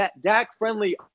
Dak-friendly